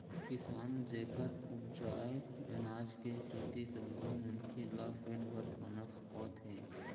किसान जेखर उपजाए अनाज के सेती सब्बो मनखे ल पेट भर खाना खावत हे